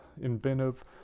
inventive